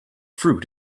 fruit